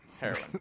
heroin